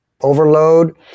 overload